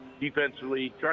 defensively